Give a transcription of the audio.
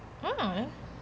mm oh